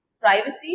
privacy